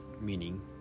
meaning